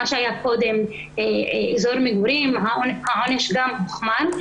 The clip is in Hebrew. מה שהיה קודם אזור מגורים העונש הוחמר.